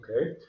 Okay